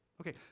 Okay